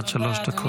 עד שלוש דקות.